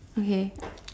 okay